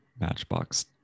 matchbox